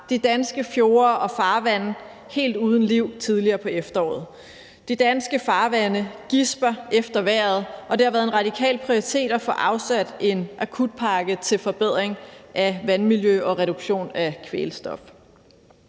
de danske fjorde og farvande helt uden liv tidligere på efteråret. De danske farvande gisper efter vejret, og det har været en radikal prioritet at få afsat en akutpakke til forbedring af vandmiljøet og en reduktion af kvælstoffet.